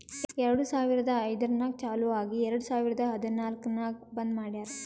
ಎರಡು ಸಾವಿರದ ಐಯ್ದರ್ನಾಗ್ ಚಾಲು ಆಗಿ ಎರೆಡ್ ಸಾವಿರದ ಹದನಾಲ್ಕ್ ನಾಗ್ ಬಂದ್ ಮಾಡ್ಯಾರ್